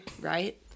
right